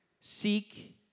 Seek